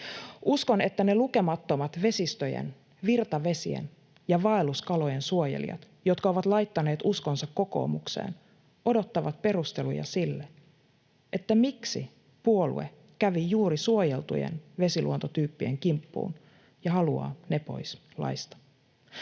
Uskon, että ne lukemattomat vesistöjen, virtavesien ja vaelluskalojen suojelijat, jotka ovat laittaneet uskonsa kokoomukseen, odottavat perusteluja sille, miksi puolue kävi juuri suojeltujen vesiluontotyyppien kimppuun ja haluaa ne pois laista.